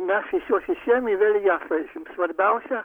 mes iš jos išėjom ir vėl į ją sueisim svarbiausia